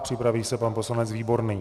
Připraví se pan poslanec Výborný.